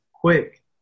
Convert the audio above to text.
Quick